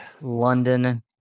London